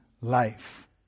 life